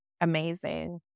amazing